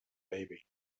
baby